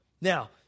Now